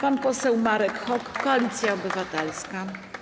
Pan poseł Marek Hok, Koalicja Obywatelska.